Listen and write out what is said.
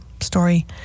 story